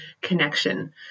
connection